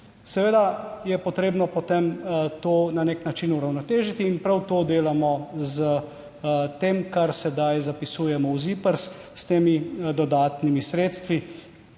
Seveda je potrebno potem to na nek način uravnotežiti in prav to delamo s tem, kar sedaj zapisujemo v ZIPRS, s temi dodatnimi sredstvi.